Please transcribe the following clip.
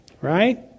right